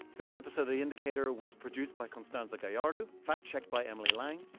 this episode of the indicator was produced by constanza gallardo, fact-checked by emily lang.